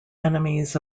enemies